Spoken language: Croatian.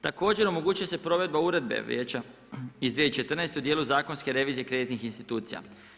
Također omogućuje se provedba uredba Vijeća iz 2014. o dijelu zakonske revizije kreditnih institucija.